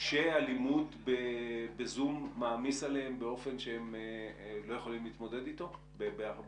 שהלימוד בזום מעמיס עליהם באופן שהם לא יכולים להתמודד איתו?